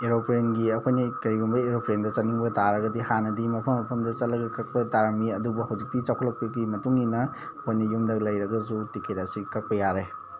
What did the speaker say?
ꯑꯦꯔꯣꯄ꯭ꯂꯦꯟꯒꯤ ꯑꯩꯈꯣꯏꯅ ꯀꯩꯒꯨꯝꯕ ꯑꯦꯔꯣꯄ꯭ꯂꯦꯟꯗ ꯆꯠꯅꯤꯡꯕ ꯇꯥꯔꯒꯗꯤ ꯍꯥꯟꯅꯗꯤ ꯃꯐꯝ ꯃꯐꯝꯗ ꯆꯠꯂꯒ ꯀꯛꯄ ꯇꯥꯔꯝꯃꯤ ꯑꯗꯨꯕꯨ ꯍꯧꯖꯤꯛꯇꯤ ꯆꯥꯎꯈꯠꯂꯛꯄꯒꯤ ꯃꯇꯨꯡ ꯏꯟꯅ ꯑꯩꯈꯣꯏꯅ ꯌꯨꯝꯗ ꯂꯩꯔꯒꯁꯨ ꯇꯤꯛꯀꯦꯠ ꯑꯁꯦ ꯀꯛꯄ ꯌꯥꯔꯦ